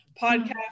podcast